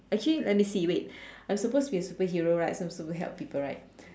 actually let me see wait I'm supposed to be a superhero right so supposed to help people right